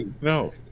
No